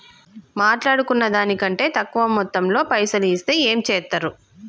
మాట్లాడుకున్న దాని కంటే తక్కువ మొత్తంలో పైసలు ఇస్తే ఏం చేత్తరు?